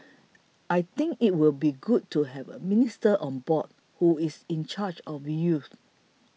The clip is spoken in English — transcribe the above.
I think it will be good to have a minister on board who is in charge of youth